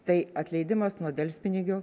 tai atleidimas nuo delspinigių